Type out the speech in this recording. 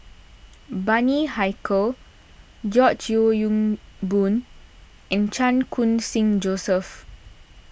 Bani Haykal George Yeo Yong Boon and Chan Khun Sing Joseph